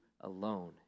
alone